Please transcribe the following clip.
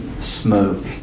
smoke